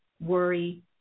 worry